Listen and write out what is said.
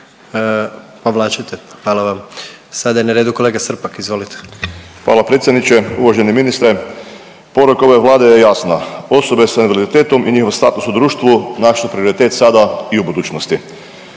Hvala predsjedniče. Uvaženi ministre, poruka ove Vlade je jasna, osobe s invaliditetom i njihov status u društvu naš je prioritet sada i u budućnosti.